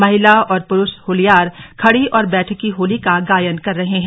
महिला और पुरुष होल्यार खड़ी और बैठकी होली का गायन कर रहे हैं